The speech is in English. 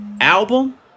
album